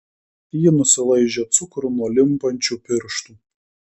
ji nusilaižė cukrų nuo limpančių pirštų